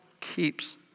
keeps